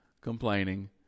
complaining